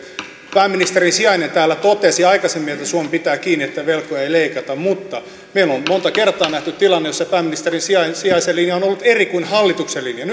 pääministerin sijainen täällä totesi aikaisemmin että suomi pitää kiinni siitä että velkoja ei leikata mutta meillä on monta kertaa nähty tilanne jossa pääministerin sijaisen sijaisen linja on ollut eri kuin hallituksen linja